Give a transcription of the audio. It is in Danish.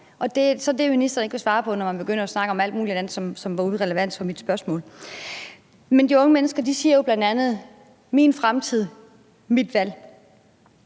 det er det, ministeren ikke vil svare på, når hun begynder at snakke om alt muligt andet, som var uden relevans for mit spørgsmål. Men de unge mennesker siger jo bl.a.: Det er min fremtid, mit valg